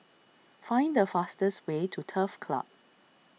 find the fastest way to Turf Club